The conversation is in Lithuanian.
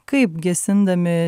kaip gesindami